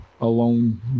alone